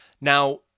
Now